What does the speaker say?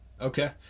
Okay